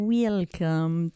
welcome